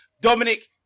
Dominic